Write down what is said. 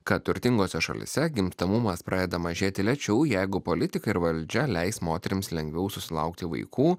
kad turtingose šalyse gimstamumas pradeda mažėti lėčiau jeigu politikai ir valdžia leis moterims lengviau susilaukti vaikų